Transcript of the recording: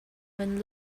when